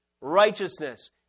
righteousness